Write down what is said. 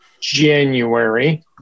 January